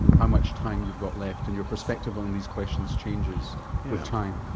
how much time you've got left, and your perspective on these questions changes with time.